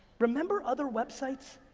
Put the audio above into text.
remember other websites?